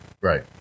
right